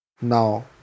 Now